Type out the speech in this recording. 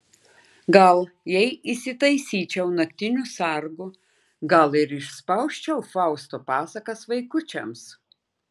gal jei įsitaisyčiau naktiniu sargu gal ir išspausčiau fausto pasakas vaikučiams